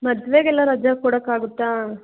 ಮದ್ವೆಗೆ ಎಲ್ಲ ರಜಾ ಕೊಡೋಕಾಗುತ್ತಾ